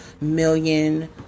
million